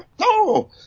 No